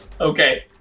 Okay